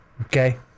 Okay